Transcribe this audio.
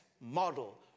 model